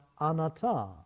anatta